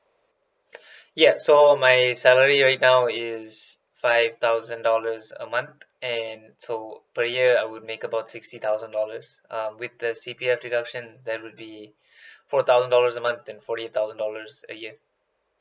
ya so my salary right now is five thousand dollars a month and so per year I would make about sixty thousand dollars uh with the C_P_F deduction that would be four thousand dollars a month and forty eight thousand dollars a year